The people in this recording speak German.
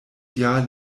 jahr